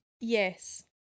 Yes